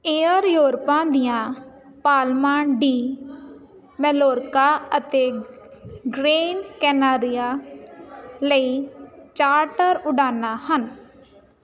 air ਯੂਰੋਪਾਂ ਦੀਆਂ Palma de Mallorca ਅਤੇ ਗ੍ਰੇਨ ਕੈਨਾਰੀਆ ਲਈ ਚਾਰਟਰ ਉਡਾਣਾਂ ਹਨ